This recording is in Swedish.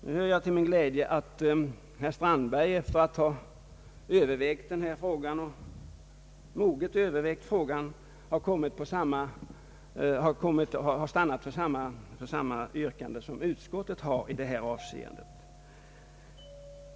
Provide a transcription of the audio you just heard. Nu hör jag till min glädje att herr Strandberg, efter att ha moget övervägt frågan, har stannat för samma yrkande som utskottet har i denna fråga.